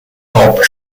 pop